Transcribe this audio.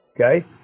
Okay